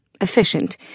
efficient